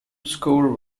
score